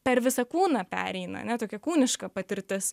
per visą kūną pereina ane tokia kūniška patirtis